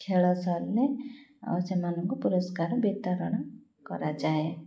ଖେଳ ସରିଲେ ଆଉ ସେମାନଙ୍କୁ ପୁରସ୍କାର ବିତରଣ କରାଯାଏ